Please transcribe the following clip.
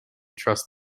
trust